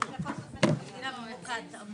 על חוק יסוד: משק המדינה וחוק ההתאמות.